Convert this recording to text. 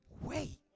Wait